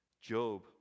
Job